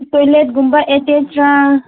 ꯇꯣꯏꯂꯦꯠꯀꯨꯝꯕ ꯑꯦꯇꯦꯁꯔꯥ